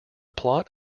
plot